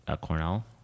Cornell